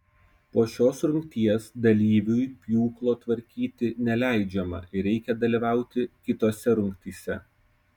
po šios rungties dalyviui pjūklo tvarkyti neleidžiama ir reikia dalyvauti kitose rungtyse